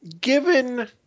given